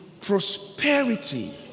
prosperity